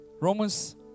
Romans